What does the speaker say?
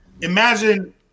Imagine